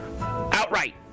Outright